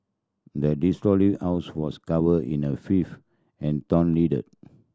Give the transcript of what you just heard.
the desolated house was covered in the filth and torn letter